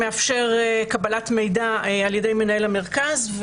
שמאפשר קבלת מידע על ידי מנהל המרכז,